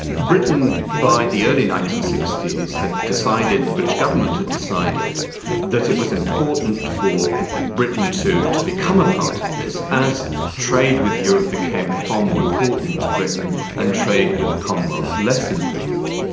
britain by the early nineteen sixty s had decided, the british government had decided that it was important for britain to to become a part of this, as trade with europe became far more important to britain and trade with the commonwealth less important.